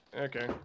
Okay